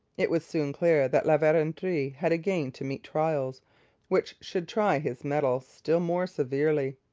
it was soon clear that la verendrye had again to meet trials which should try his mettle still more severely.